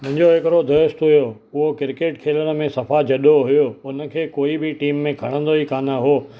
मुंहिंजो हिकिड़ो दोस्तु हुओ उहो क्रिकेट खेॾण में सफ़ा जॾो हुओ हुनखे कोई बि टीम में खणंदो ई कान हुओ